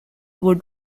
were